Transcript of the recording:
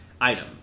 Item